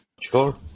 Sure